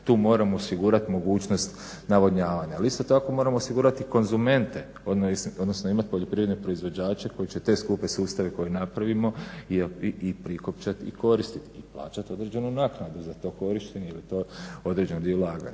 tu moramo osigurati mogućnost navodnjavanja. Ali isto tako moramo osigurati i konzumente, odnosno imati poljoprivredne proizvođače koji će te skupe sustave koje napravimo i prikopčat i koristiti i plaćati određenu naknadu za to korištenje jer je to određen dio ulaganja.